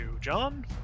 John